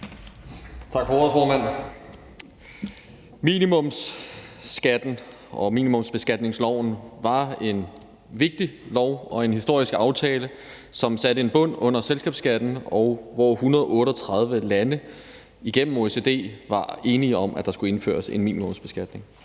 formand. Minimumsbeskatningsloven var en vigtig lov, og det var en historisk aftale, som satte en bund under selskabsskatten. 138 lande blev igennem OECD enige om, at der skulle indføres en minimumsbeskatning.